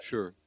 Sure